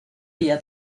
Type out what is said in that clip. ella